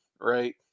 right